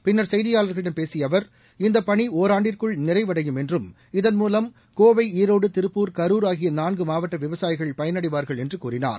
பின்னர் செய்தியாளர்களிடம் பேசிய அவர் இந்த பணி ஓராண்டிற்குள் நிறைவடையும் என்றும் இதன்மூலம் கோவை ஈரோடு திருப்பூர் கரூர் ஆகிய நான்கு மாவட்ட விவசாயிகள் பயனடைவார்கள் என்று கூறினார்